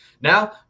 Now